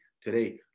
today